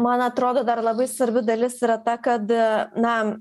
man atrodo dar labai svarbi dalis yra ta kad na